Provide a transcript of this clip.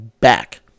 back